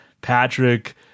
Patrick